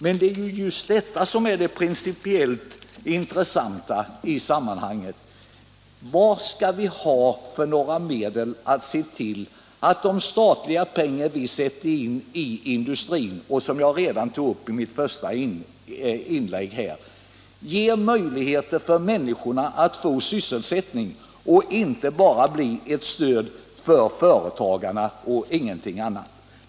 Men det är just detta som är det principiellt intressanta i sammanhanget: Vad skall vi ha för medel när det gäller att se till att de statliga pengar som vi sätter in i industrin — något som jag tog upp redan i mitt första inlägg — ger möjligheter för människorna att få sysselsättning och inte bara blir ett stöd för företagarna?